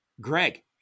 Greg